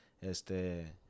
este